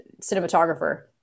cinematographer